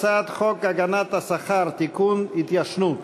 התשע"ד 2014,